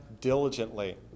diligently